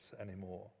anymore